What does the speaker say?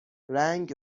رنگ